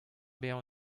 bezañ